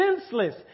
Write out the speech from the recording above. senseless